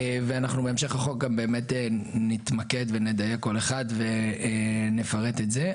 ואנחנו בהמשך החוק גם באמת נתמקד ונדייק כל אחד ונפרט את זה.